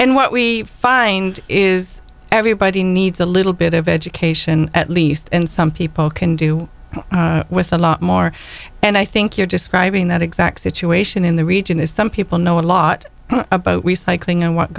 and what we find is everybody needs a little bit of education at least and some people can do with a lot more and i think you're describing that exact situation in the region is some people know a lot about recycling and what